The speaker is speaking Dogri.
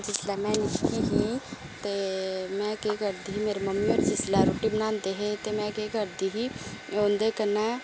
जिसलै में निक्की ही ते में केह् करदी ही मेरी मम्मी होर जिसलै रुट्टी बनांदे है ते में केह् करदी ही उंदे कन्नै